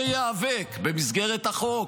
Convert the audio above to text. שיאבק, במסגרת החוק,